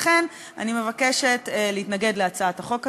לכן אני מבקשת להתנגד להצעת החוק הזאת,